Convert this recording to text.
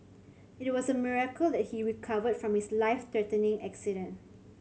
it was a miracle that he recovered from his life threatening accident